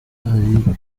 hari